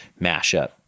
mashup